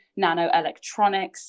nanoelectronics